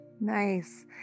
nice